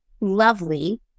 lovely